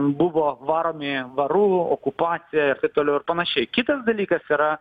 buvo varomi varu okupacija ir taip toliau ir panašiai kitas dalykas yra